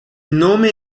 nome